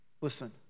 listen